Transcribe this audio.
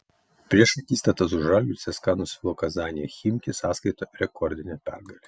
prieš akistatą su žalgiriu cska nusvilo kazanėje chimki sąskaitoje rekordinė pergalė